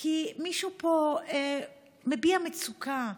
כי מישהו פה מביע מצוקה,